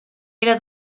era